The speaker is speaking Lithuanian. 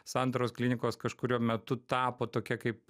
santaros klinikos kažkuriuo metu tapo tokia kaip